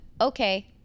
okay